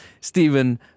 Stephen